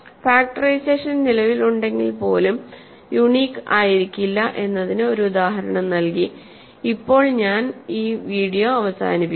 factorisation നിലവിലുണ്ടെങ്കിൽപ്പോലും unique ആയിരിക്കില്ല എന്നതിന് ഒരു ഉദാഹരണം നൽകി ഇപ്പോൾ ഞാൻ ഈ വീഡിയോ അവസാനിപ്പിക്കും